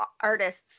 artists